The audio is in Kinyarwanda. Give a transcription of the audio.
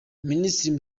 minisitiri